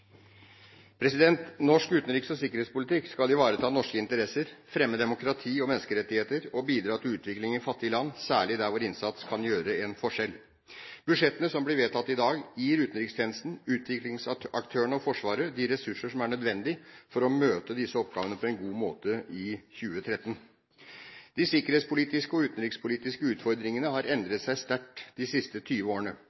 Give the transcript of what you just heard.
Norsk utenriks- og sikkerhetspolitikk skal ivareta norske interesser, fremme demokrati og menneskerettigheter og bidra til utvikling i fattige land – særlig der vår innsats kan gjøre en forskjell. Budsjettene som blir vedtatt i dag, gir utenrikstjenesten, utviklingsaktørene og Forsvaret de ressurser som er nødvendig for å møte disse oppgavene på en god måte i 2013. De sikkerhetspolitiske og utenrikspolitiske utfordringene har